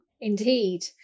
Indeed